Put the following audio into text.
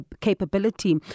capability